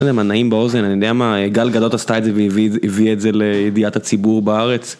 אני לא יודע מה נעים באוזן? אני יודע מה? גל גדות עשתה את זה והביאה את זה לידיעת הציבור בארץ.